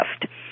gift